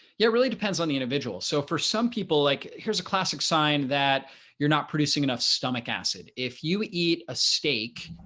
yeah it really depends on the individual. so for some people, like here's a classic sign that you're not producing enough stomach acid, if you eat a steak,